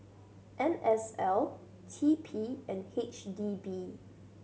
N S L T P and H D B